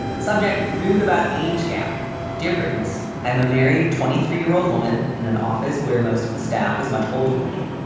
subject. rude about age gap dependence. i'm a married twenty three year old woman in an office where most of the staff is much older than me.